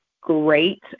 great